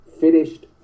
finished